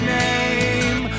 name